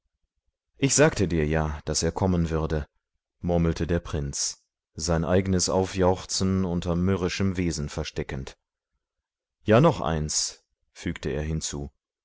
ich sagte dir ja daß er kommen würde murmelte der prinz sein eigenes aufjauchzen unter mürrischem wesen versteckend ja noch eins fügte er hinzu